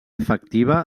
efectiva